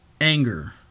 anger